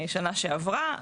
בשנה שעברה,